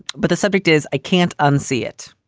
but the subject is i can't unsee it.